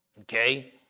Okay